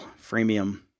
freemium